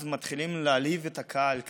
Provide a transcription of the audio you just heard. אז מתחילים להלהיב את קהל היעד,